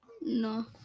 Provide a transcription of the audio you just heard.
No